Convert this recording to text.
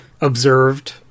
observed